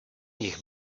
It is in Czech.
jich